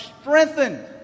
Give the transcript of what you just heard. strengthened